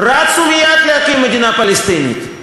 רצו מייד להקים מדינה פלסטינית,